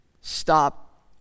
stop